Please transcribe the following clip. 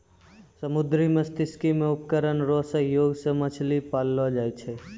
समुन्द्री मत्स्यिकी मे उपकरण रो सहयोग से मछली पाललो जाय छै